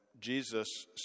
Jesus